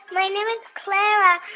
my name is clara.